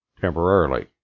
temporarily